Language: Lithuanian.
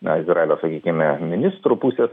na izraelio sakykime ministrų pusės